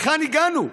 להיכן הגענו?